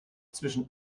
zwischen